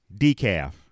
decaf